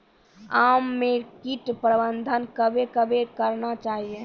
आम मे कीट प्रबंधन कबे कबे करना चाहिए?